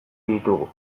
ditugu